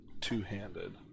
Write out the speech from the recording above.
two-handed